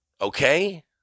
Okay